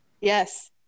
yes